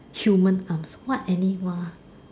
human um what animal